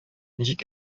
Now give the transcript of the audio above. ничек